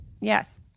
Yes